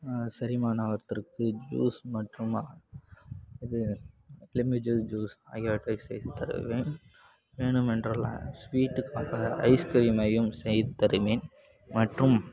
செரிமானம் ஆவதற்கு ஜூஸ் மற்றும் இது எலுமிச்சை ஜூஸ் ஆகியவற்றை செய்து தருவேன் வேணுமென்றால் ஸ்வீட்டுக்காக ஐஸ்கிரீமையும் செய்து தருவேன் மற்றும்